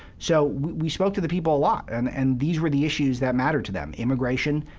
so we spoke to the people a lot. and and these were the issues that mattered to them immigration.